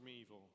evil